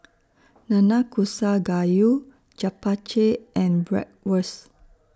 Nanakusa Gayu Japchae and Bratwurst